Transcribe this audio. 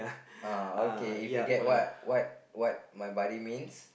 uh okay if you get what what what my buddy means